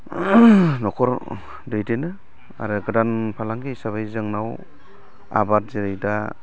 न'खराव दैदेनो आरो गोदान फालांगि हिसाबै जोंनाव आबाद जेरै दा